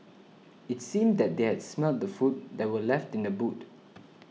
it seemed that they had smelt the food that were left in the boot